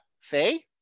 Faye